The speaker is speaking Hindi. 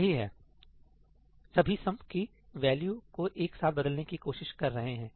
सही है सभी सम की वैल्यू को एक साथ बदलने की कोशिश कर रहे हैं